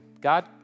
God